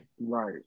right